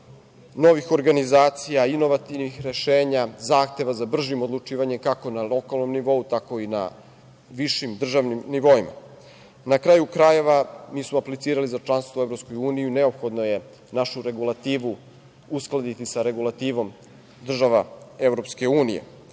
novih organizacija, inovativnih rešenja, zahteva za bržim odlučivanjem, kako na lokalnom nivou, tako i na višim državnim nivoima. Na kraju krajeva, mi smo aplicirali za članstvo u EU, neophodno je našu regulativu uskladiti sa regulativom država EU